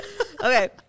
okay